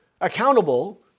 accountable